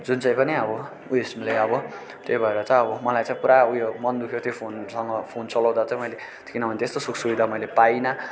जुन चाहिँ पनि आब उयसले अब त्यो भएर चाहिँ अब मलाई चाहिँ पुरा उयो मन दुख्यो त्यो फोनसँग फोन चलाउँदा चाहिँ मैले किनभने त्यस्तो सुख सुबिधा मैले पाइनँ